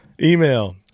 email